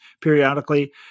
periodically